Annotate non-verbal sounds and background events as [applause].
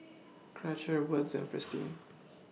[noise] Karcher Wood's and Fristine